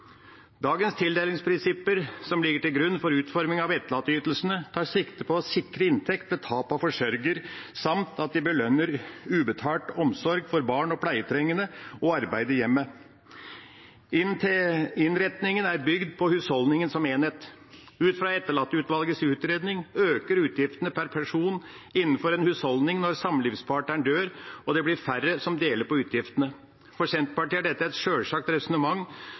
Dagens tildelingsprinsipper som ligger til grunn for utformingen av etterlatteytelsene, tar sikte på å sikre inntekt ved tap av forsørger samt å belønne ubetalt omsorg for barn og pleietrengende og arbeid i hjemmet. Innretningen er bygd på husholdningen som enhet. Ut fra etterlatteutvalgets utredning øker utgiftene per person innenfor en husholdning når samlivspartneren dør, og det blir færre som deler på utgiftene. For Senterpartiet er dette et sjølsagt resonnement,